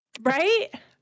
Right